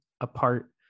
apart